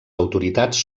autoritats